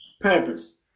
purpose